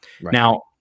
now